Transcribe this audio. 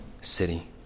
city